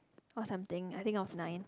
or something I think I was nine